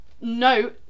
No